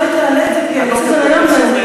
אולי תעלה את זה על סדר-היום באיזה